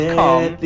come